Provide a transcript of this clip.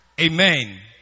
Amen